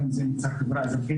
גם אם זה מצד חברה אזרחית,